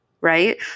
right